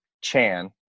chan